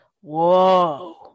Whoa